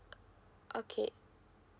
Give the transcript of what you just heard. okay